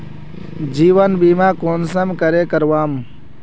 जीवन बीमा कुंसम करे करवाम?